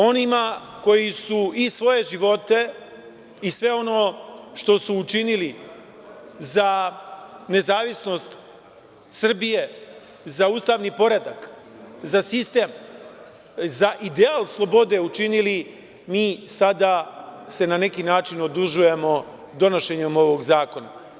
Onima koji su i svoje živote i sve ono što su učinili za nezavisnost Srbije, za ustavni poredak, za sistem, za ideal slobode učinili mi sada se na neki način odužujemo donošenjem ovog zakona.